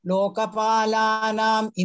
Lokapalanam